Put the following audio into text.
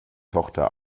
tochter